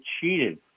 cheated